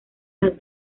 las